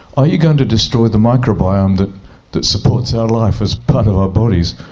are you going to destroy the microbiome that that supports our life as part of our bodies?